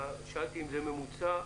שאלתי אם זה מוצה,